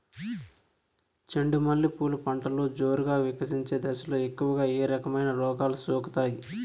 చెండు మల్లె పూలు పంటలో జోరుగా వికసించే దశలో ఎక్కువగా ఏ రకమైన రోగాలు సోకుతాయి?